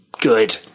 good